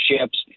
ships